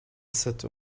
sept